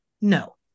No